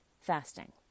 Fasting